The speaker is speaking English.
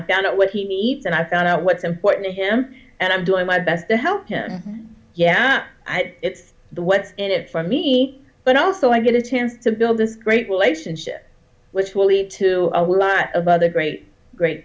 i found out what he needs and i found out what's important to him and i'm doing my best to help him yeah it's the what's in it for me but also i get a chance to build this great relationship which will lead to a lot of other great great